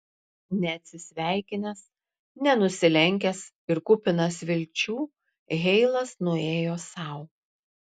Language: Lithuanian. neatsisveikinęs nenusilenkęs ir kupinas vilčių heilas nuėjo sau